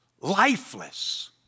lifeless